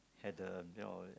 had the you know